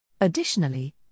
Additionally